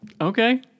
Okay